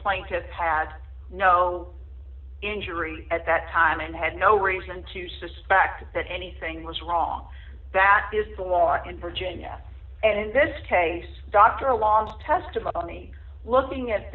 pad no injury at that time and had no reason to suspect that anything was wrong that is the law in virginia and in this case dr alongst testimony looking at